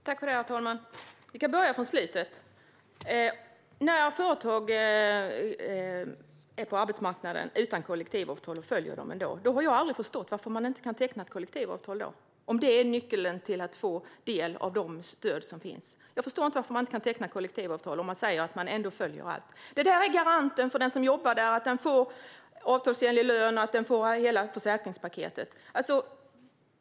Herr talman! Jag börjar med det avslutande. När företag på arbetsmarknaden är utan kollektivavtal men ändå följer dem har jag aldrig förstått varför man inte kan teckna ett kollektivavtal, om det är nyckeln till att få del av de stöd som finns. Jag förstår inte varför man inte kan teckna kollektivavtal om man säger att man ändå följer dem. Kollektivavtal är garanten för att de som jobbar får avtalsenlig lön och hela försäkringspaketet.